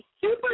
Super